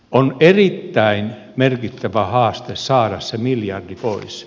on erittäin merkittävä haaste saada se miljardi pois